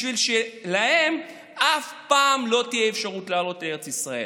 בשביל שלהם אף פעם לא תהיה אפשרות לעלות לארץ ישראל.